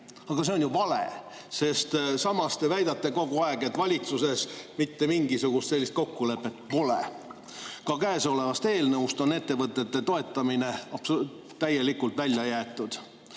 Aga see on ju vale, sest samas te väidate kogu aeg, et valitsuses mitte mingisugust sellist kokkulepet pole. Ka käesolevast eelnõust on ettevõtete toetamine täielikult välja jäetud.